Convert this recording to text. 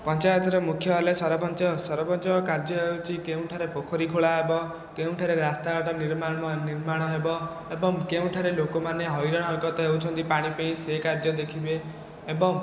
ପଞ୍ଚାୟତର ମୁଖ୍ୟ ହେଲେ ସରପଞ୍ଚ ସରପଞ୍ଚଙ୍କ କାର୍ଯ୍ୟ ହେଉଛି କେଉଁଠାରେ ପୋଖରୀ ଖୋଳା ହେବ କେଉଁଠାରେ ରାସ୍ତା ଘାଟ ନିର୍ମାଣ ନିର୍ମାଣ ହେବ ଏବଂ କେଉଁଠାରେ ଲୋକମାନେ ହଇରାଣ ହରକତ ହେଉଛନ୍ତି ପାଣି ପାଇଁ ସେ କାର୍ଯ୍ୟ ଦେଖିବେ ଏବଂ